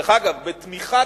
דרך אגב, בתמיכה